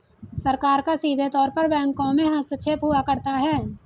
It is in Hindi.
सरकार का सीधे तौर पर बैंकों में हस्तक्षेप हुआ करता है